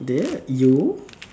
you